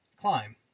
climb